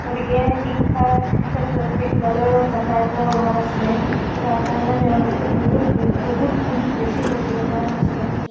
গতিকে শিক্ষাৰ ক্ষেত্ৰত বিদ্যালয়ৰ যাতায়তৰ অভাৱ আছিলে যাৰ কাৰণে তেওঁলোকে বহুত বহুত বেছি পঢ়িব পৰা নাছিলে